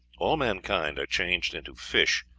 all mankind are changed into fish,